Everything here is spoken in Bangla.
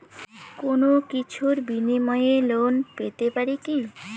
কোনো কিছুর বিনিময়ে লোন পেতে পারি কি?